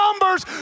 numbers